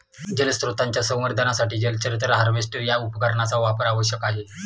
जलस्रोतांच्या संवर्धनासाठी जलचर तण हार्वेस्टर या उपकरणाचा वापर आवश्यक आहे